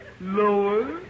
Lower